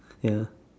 ya